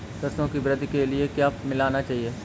सरसों की वृद्धि के लिए क्या मिलाना चाहिए?